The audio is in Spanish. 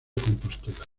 compostela